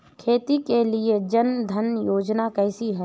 खेती के लिए जन धन योजना कैसी है?